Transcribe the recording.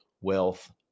Wealth